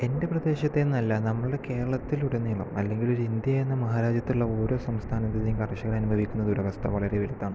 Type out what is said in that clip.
എൻ്റെ പ്രദേശത്തെ എന്നല്ല നമ്മൾടെ കേരളത്തിൽ ഉടനീളം അല്ലെങ്കിൽ ഒരു ഇന്ത്യ എന്ന മഹാരാജ്യത്തുള്ള ഓരോ സംസ്ഥാനത്തെയും കർഷകൻ അനുഭവിക്കുന്ന ദുരവസ്ഥ വളരെ വലുതാണ്